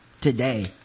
today